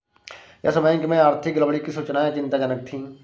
yes Bank में आर्थिक गड़बड़ी की सूचनाएं चिंताजनक थी